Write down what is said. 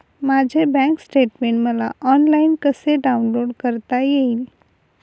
माझे bank statement मला online कसे डाउनलोड करता येईल?